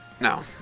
no